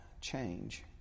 change